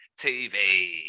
TV